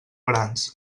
grans